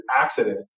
accident